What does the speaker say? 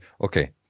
okay